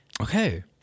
Okay